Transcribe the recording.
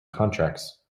contracts